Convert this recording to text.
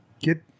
get